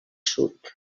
sud